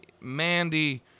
Mandy